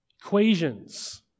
equations